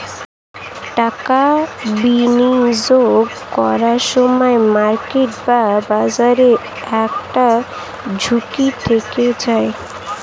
টাকা বিনিয়োগ করার সময় মার্কেট বা বাজারের একটা ঝুঁকি থেকে যায়